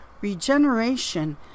Regeneration